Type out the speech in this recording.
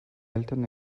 eltern